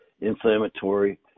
inflammatory